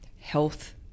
health